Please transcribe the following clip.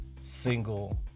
single